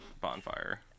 Bonfire